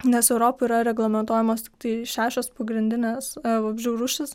nes europoj yra reglamentuojamos tiktai šešios pagrindinės vabzdžių rūšys